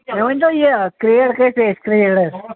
تُہۍ ؤنۍ تَو یہِ کریڈ کٔی پے اَسہِ کرٛیڈ اَسہِ